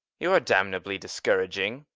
you are damnably discouraging.